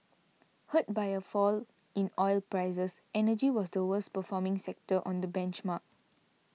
hurt by a fall in oil prices energy was the worst performing sector on the benchmark